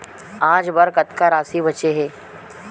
आज बर कतका राशि बचे हे?